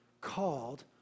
called